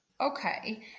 Okay